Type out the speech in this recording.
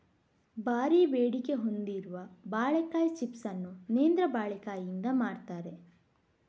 ಭಾರೀ ಬೇಡಿಕೆ ಹೊಂದಿರುವ ಬಾಳೆಕಾಯಿ ಚಿಪ್ಸ್ ಅನ್ನು ನೇಂದ್ರ ಬಾಳೆಕಾಯಿಯಿಂದ ಮಾಡ್ತಾರೆ